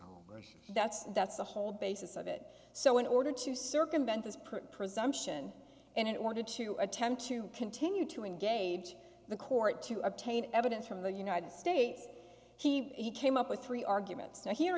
that's that's that's the whole basis of it so in order to circumvent this part presumption and it wanted to attempt to continue to engage the court to obtain evidence from the united states he came up with three arguments so here